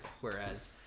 whereas